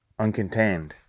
uncontained